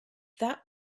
that